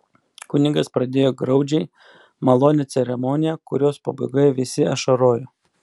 kunigas pradėjo graudžiai malonią ceremoniją kurios pabaigoje visi ašarojo